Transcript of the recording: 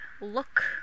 look-